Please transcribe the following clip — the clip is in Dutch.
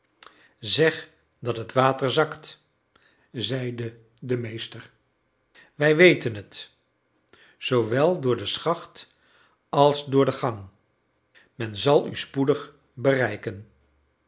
zeg dat het water zakt zeide de meester wij weten het zoowel door de schacht als door de gang men zal u spoedig bereiken